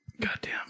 Goddamn